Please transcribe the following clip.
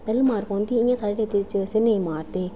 पैह्ला मार पौंदी ही इयां साढ़े टीचर नेईं हे मारदे